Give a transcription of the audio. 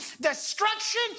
Destruction